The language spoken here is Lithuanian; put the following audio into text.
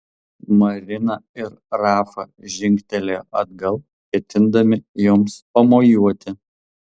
marina ir rafa žingtelėjo atgal ketindami joms pamojuoti